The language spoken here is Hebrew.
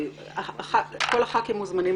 מי שהייתה